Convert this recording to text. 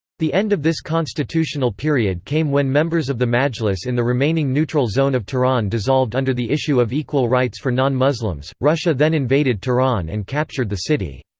the end of this constitutional period came when members of the majlis in the remaining neutral zone of tehran dissolved under the issue of equal rights for non-muslims, russia then invaded tehran and captured the city.